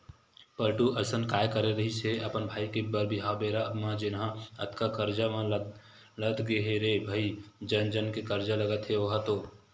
पलटू अइसन काय करे रिहिस हे अपन भाई के बर बिहाव बेरा म जेनहा अतका करजा म लद गे हे रे भई जन जन के करजा लगत हे ओहा तो